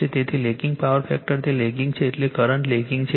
તેથી lagging power factor તે lagging છે એટલે કરંટ લેગિંગ છે